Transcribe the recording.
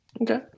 okay